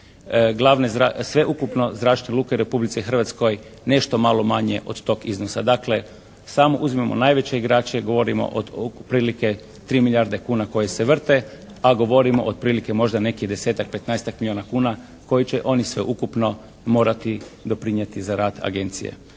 Sveukupno zračne luke u Republici Hrvatskoj nešto malo manje od tog iznosa. Dakle, samo uzimamo najveće igrače. Govorimo od otprilike 3 milijarde kuna koje se vrte, a govorimo otprilike možda nekih desetak, petnaestak milijuna kuna koji će oni sveukupno morati doprinijeti za rad agencije.